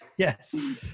Yes